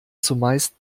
zumeist